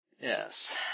Yes